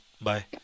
Bye